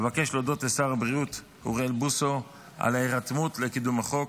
אבקש להודות לשר הבריאות אוריאל בוסו על ההירתמות לקידום החוק,